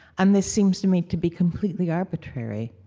and this seems to me to be completely arbitrary.